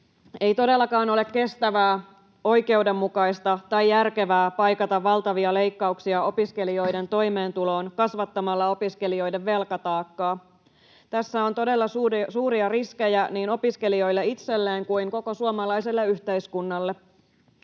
Ei todellakaan ole kestävää, oikeudenmukaista tai järkevää paikata valtavia leikkauksia opiskelijoiden toimeentuloon kasvattamalla opiskelijoiden velkataakkaa. Tässä on todella suuria riskejä niin opiskelijoille itselleen kuin koko suomalaiselle yhteiskunnalle.